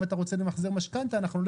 אם אתה רוצה למחזר משכנתא אנחנו לא